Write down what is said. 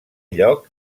lloc